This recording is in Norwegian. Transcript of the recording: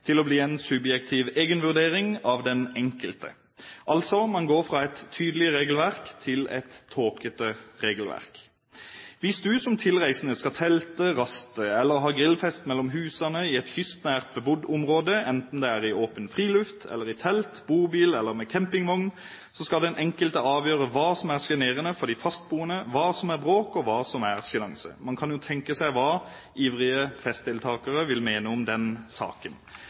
til å bli en subjektiv egenvurdering av den enkelte. Altså: Man går fra et tydelig regelverk til et tåkete regelverk. Hvis du som tilreisende skal telte, raste eller ha grillfest mellom husene i et kystnært, bebodd område, enten det er i åpen friluft eller i telt, bobil eller med campingvogn, skal den enkelte avgjøre hva som er sjenerende for de fastboende, hva som er bråk og hva som er sjenanse. Man kan jo tenke seg hva ivrige festdeltakere vil mene om den saken.